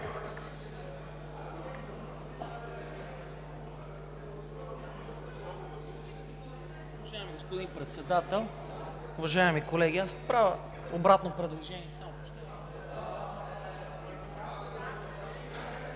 Уважаеми господин Председател, уважаеми колеги, правя обратно предложение.